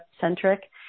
centric